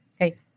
Okay